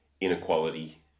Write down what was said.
inequality